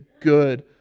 good